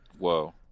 whoa